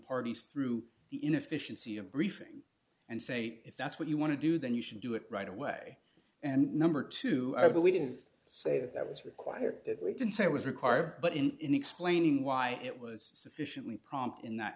parties through the inefficiency of briefing and say if that's what you want to do then you should do it right away and number two our bill we didn't say that that was required that we can say it was required but in in explaining why it was sufficiently prompt in that